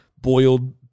boiled